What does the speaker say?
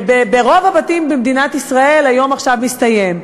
ברוב הבתים במדינת ישראל היום עכשיו מסתיים.